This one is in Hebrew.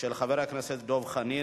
לוועדת העבודה,